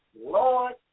Lord